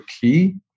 key